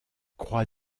croix